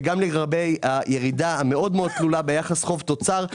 וגם לגבי הירידה התלולה מאוד ביחס חוב-תוצר,